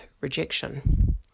rejection